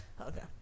Okay